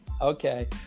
Okay